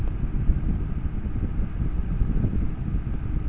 আমার একাউন্টে টাকা ঢোকার পর সেটা পাসবইয়ে কি করে উঠবে?